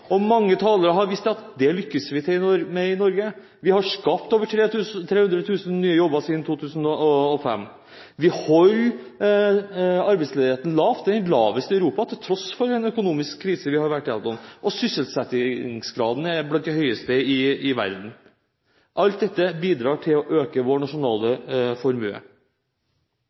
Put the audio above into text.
jobber. Mange talere har vist at det lykkes vi med i Norge. Vi har skapt over 300 000 nye jobber siden 2005. Vi holder arbeidsledigheten lav. Den er lavest i Europa, til tross for den økonomiske krisen vi har vært igjennom. Sysselsettingsgraden er blant de høyeste i verden. Alt dette bidrar til å øke vår nasjonale formue.